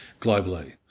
globally